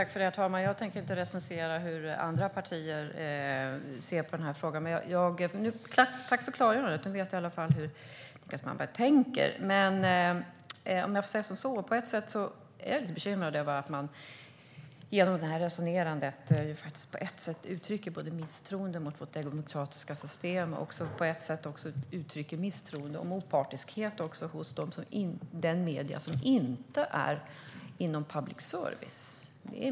Herr talman! Jag tänker inte recensera hur andra partier ser på denna fråga. Men tack för klargörandet! Nu vet jag i alla fall hur Niclas Malmberg tänker. Jag är lite bekymrad över att Niclas Malmberg genom detta resonerande utrycker både misstroende mot vårt demokratiska system och misstroende mot opartiskheten hos de medier som inte är public service.